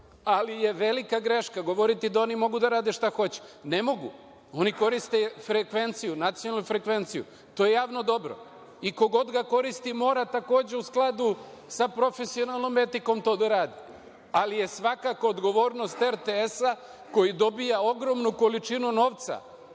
ali je velika greška govoriti da oni mogu da rade šta hoće. Ne mogu, oni koriste nacionalnu frekvenciju. To je javno dobro i ko god ga koristi, mora takođe u skladu sa profesionalnom etikom to da radi, ali je svakako odgovornost RTS-a, koji dobija ogromnu količinu novca